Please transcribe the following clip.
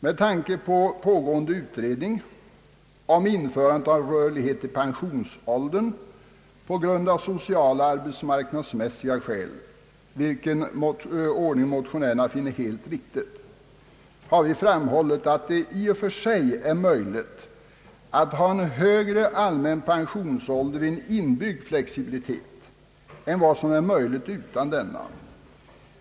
Med hänsyn till pågående utredning om införandet av rörlighet i pensionsåldern på sociala och arbetsmarknadsmässiga skäl, vilken ordning motionärerna finner helt riktig, har vi framhållit att det i och för sig är möjligt att ha en högre allmän pensionsålder vid en inbyggd flexibilitet än vad som är möjligt utan denna.